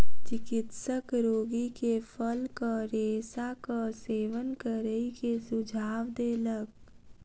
चिकित्सक रोगी के फलक रेशाक सेवन करै के सुझाव देलक